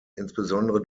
insbesondere